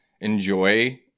Enjoy